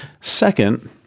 Second